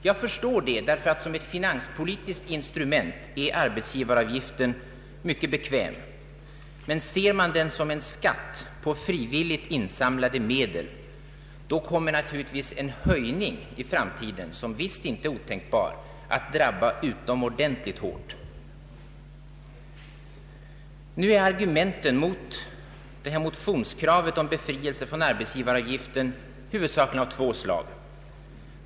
Jag förstår det, ty som ett finanspolitiskt instrument är arbetsgivaravgiften mycket bekväm, men ser man den som en skatt på frivilligt insamlade medel, kommer naturligtvis en höj ning i framtiden — som visst inte är otänkbar — att drabba utomordentligt hårt. Argumenten mot motionskravet om befrielse från arbetsgivaravgiften är huvudsakligen av två slag.